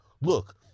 Look